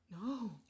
no